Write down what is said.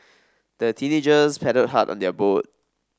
the teenagers paddled hard on their boat